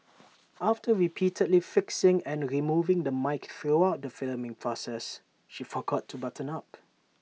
after repeatedly fixing and removing the mic throughout the filming process she forgot to button up